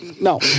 No